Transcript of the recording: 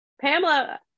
pamela